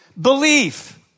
Belief